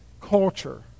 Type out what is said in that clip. culture